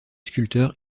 sculpteur